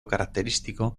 característico